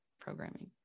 programming